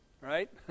right